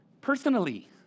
personally